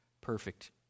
perfect